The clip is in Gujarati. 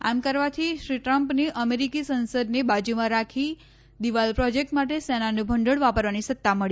આમ કરવાથી શ્રી ટ્રમ્પને અમેરીકી સંસદને બાજુમાં રાખી દિવાલ પ્રોજેકટ માટે સેનાનું ભંડોળ વાપરવાની સત્તા મળી હતી